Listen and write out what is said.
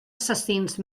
assassins